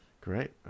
Great